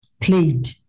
played